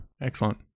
Excellent